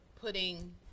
putting